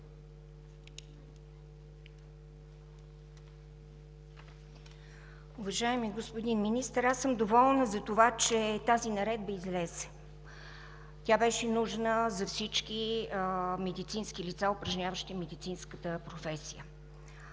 Уважаеми господин Министър, аз съм доволна за това, че тази наредба излезе. Тя беше нужна за всички медицински лица, упражняващи медицинската професия.